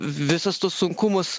visus tuos sunkumus